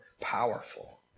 powerful